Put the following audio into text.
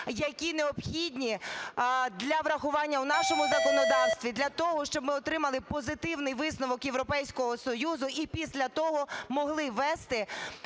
які необхідні для врахування в нашому законодавстві для того, щоб ми отримали позитивний висновок Європейського Союзу і після того могли вести